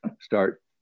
start